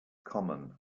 common